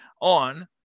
on